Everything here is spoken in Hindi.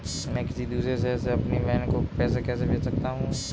मैं किसी दूसरे शहर से अपनी बहन को पैसे कैसे भेज सकता हूँ?